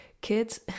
kids